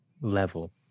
level